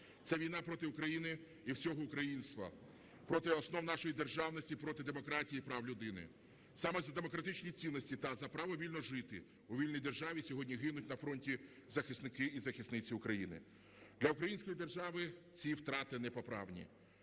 Це війна проти України і всього українства, проти основ нашої державності, проти демократії і прав людини. Саме за демократичні цінності та за право вільно жити у вільній державі сьогодні гинуть на фронті захисники і захисниці України. Для української держави ці втрати непоправні.